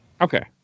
Okay